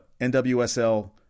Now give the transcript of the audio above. NWSL